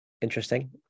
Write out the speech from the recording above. interesting